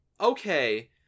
okay